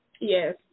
yes